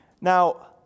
Now